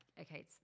okay